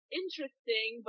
interesting